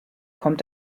kommt